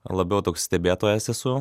labiau toks stebėtojas esu